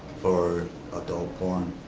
for adult porn,